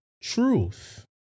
truth